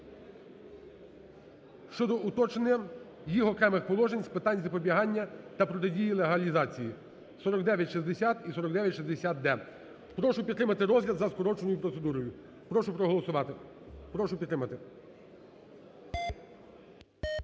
щодо уточнення їх окремих положень з питань запобігання та протидії легалізації… (4960 і 4960д). Прошу підтримати розгляд за скороченою процедурою. Прошу проголосувати, прошу підтримати.